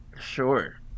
Sure